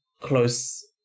close